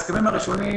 הסכמים הראשונים,